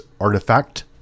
Artifact